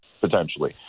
potentially